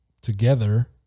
together